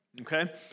Okay